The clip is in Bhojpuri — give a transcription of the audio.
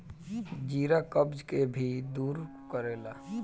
जीरा कब्ज के भी दूर करेला